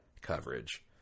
coverage